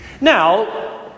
Now